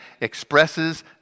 expresses